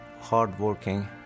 hardworking